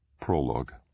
Prologue